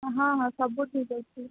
ହଁ ହଁ ସବୁ ଠିକ୍ ଅଛି